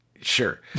sure